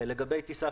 לגבי טיסה